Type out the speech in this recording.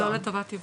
לא לטובת ייבוא.